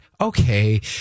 okay